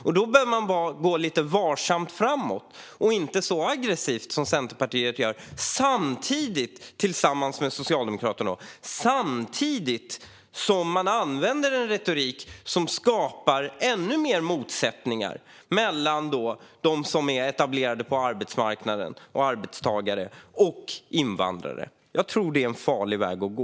Därför behöver man gå lite varsamt framåt och inte göra det på ett så aggressivt sätt som Centerpartiet gör tillsammans med Socialdemokraterna. Samtidigt använder man en retorik som skapar ännu fler motsättningar mellan dem som är etablerade på arbetsmarknaden, arbetstagare, och invandrare. Jag tror att det är en farlig väg att gå.